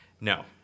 no